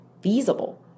feasible